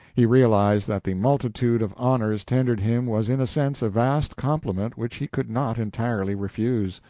he realized that the multitude of honors tendered him was in a sense a vast compliment which he could not entirely refuse.